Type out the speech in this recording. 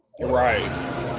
Right